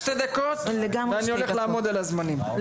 שתי דקות ואני הולך לעמוד על הזמנים.